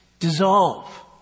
dissolve